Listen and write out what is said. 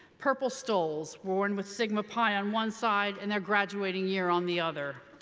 purple stoles worn with sigma pi on one side and their graduating year on the other.